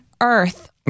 earth